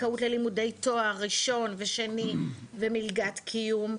זכאות ללימודי תואר ראשון ושני, ומלגת קיום.